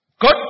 Good